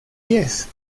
pies